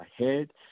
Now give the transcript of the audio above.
ahead